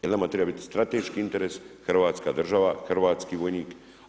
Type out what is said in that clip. Jel nama treba biti strateški interes Hrvatska država, hrvatski vojnik.